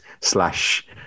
slash